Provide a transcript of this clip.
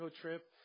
trip